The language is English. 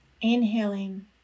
inhaling